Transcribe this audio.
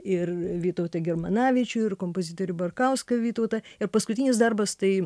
ir vytautą germanavičių ir kompozitorių barkauską vytautą ir paskutinis darbas tai